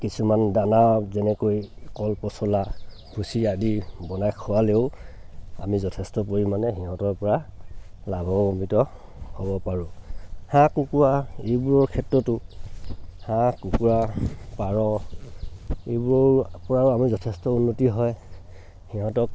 কিছুমান দানা যেনেকৈ কল পচলা ভুচি আদিৰ বনাই খোৱালেও আমি যথেষ্ট পৰিমাণে সিহঁতৰ পৰা লাভান্বিত হ'ব পাৰোঁ হাঁহ কুকুৰা এইবোৰৰ ক্ষেত্ৰতো হাঁহ কুকুৰা পাৰ এইবোৰৰ পৰাও আমাৰ যথেষ্ট উন্নতি হয় সিহঁতক